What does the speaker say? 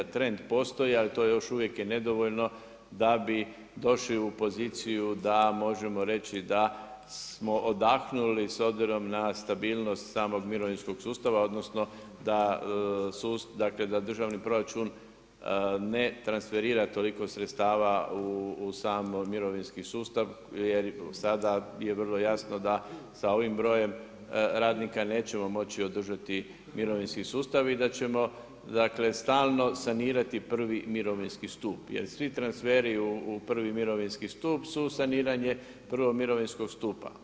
Trend postoji, ali to je još uvijek nedovoljno da bi došli u poziciju da možemo reći da smo odahnuli s obzirom na stabilnost samog mirovinskog sustava odnosno da državni proračun ne transferira toliko sredstava u sam mirovinski sustav jer sada je vrlo jasno da sa ovim brojem radnika nećemo moći održati mirovinski sustav i da ćemo stalno sanirati prvi mirovinski stup jer svi transferi u prvi mirovinski stup su saniranje prvog mirovinskog stupa.